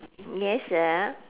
yes sir